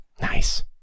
Nice